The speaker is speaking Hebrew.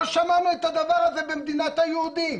לא שמענו את הדבר הזה במדינת היהודים,